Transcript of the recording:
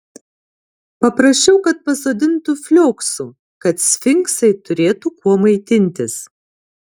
paprašiau kad pasodintų flioksų kad sfinksai turėtų kuo maitintis